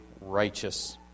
righteous